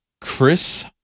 Chris